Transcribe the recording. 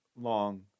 long